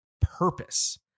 purpose